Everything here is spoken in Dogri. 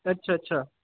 अच्छा अच्छा